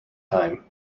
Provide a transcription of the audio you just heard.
time